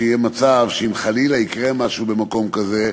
שיהיה מצב שאם חלילה יקרה משהו במקום כזה,